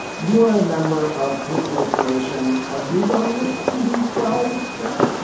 you are a member of patriots nation. are you done with tb? twelve seth,